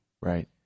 Right